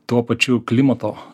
tuo pačiu klimato